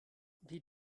die